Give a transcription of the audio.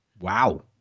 Wow